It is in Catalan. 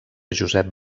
josep